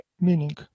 meaning